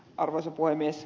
arvoisa puhemies